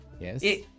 Yes